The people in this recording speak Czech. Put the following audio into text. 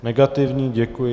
Negativní, děkuji.